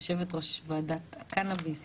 ליושבת-ראש ועדת קנאביס,